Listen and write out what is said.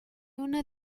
una